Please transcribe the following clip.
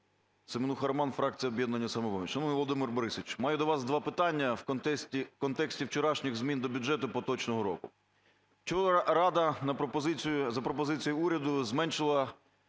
Семенуха Роман, фракція "Об'єднання "Самопоміч". Шановний Володимир Борисович, маю до вас два питання в контексті вчорашніх змін до бюджету поточного року. Вчора Рада за пропозицією уряду зменшила